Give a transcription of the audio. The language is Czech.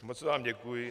Moc vám děkuji.